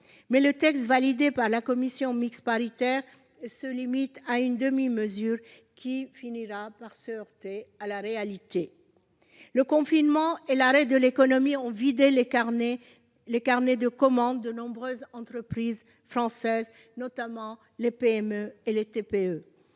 le texte validé par la commission mixte paritaire se limite à une demi-mesure qui finira par se heurter à la réalité. Le confinement et l'arrêt de l'économie ont vidé les carnets de commandes de nombreuses entreprises françaises, notamment les PME et les TPE.